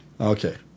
okay